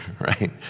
right